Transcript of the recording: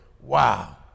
Wow